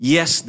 Yes